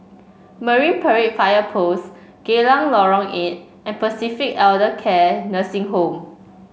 Marine Parade Fire Post Geylang Lorong Eight and Pacific Elder Care Nursing Home